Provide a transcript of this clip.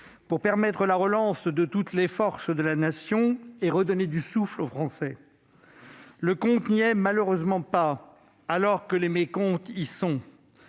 de permettre la relance de toutes les forces de la Nation et de redonner du souffle aux Français. Le compte n'y est malheureusement pas, mais les mécomptes y sont